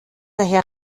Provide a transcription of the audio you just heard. daher